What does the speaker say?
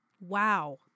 wow